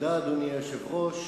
אדוני היושב-ראש,